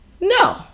No